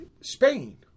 Spain